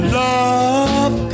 love